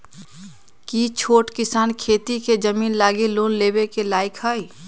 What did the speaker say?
कि छोट किसान खेती के जमीन लागी लोन लेवे के लायक हई?